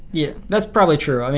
yeah that's probably true.